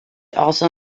also